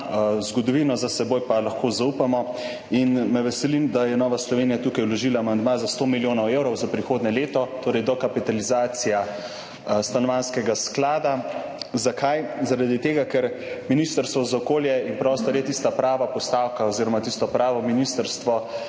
zgodovino za seboj, pa lahko zaupamo. Veseli me, da je Nova Slovenija tukaj vložila amandma za 100 milijonov evrov za prihodnje leto, torej dokapitalizacija Stanovanjskega sklada. Zakaj? Zaradi tega ker je Ministrstvo za okolje in prostor tista prava postavka oziroma tisto pravo ministrstvo,